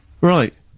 Right